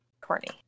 Courtney